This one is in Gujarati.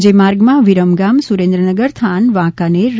જે માર્ગમાં વિરમગામ સુરેન્દ્રનગર થાન વાંકાનેર તા